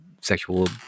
sexual